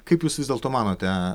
kaip jūs vis dėlto manote